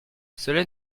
cela